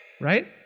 Right